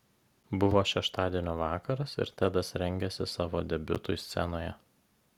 buvo šeštadienio vakaras ir tedas rengėsi savo debiutui scenoje